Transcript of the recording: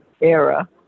era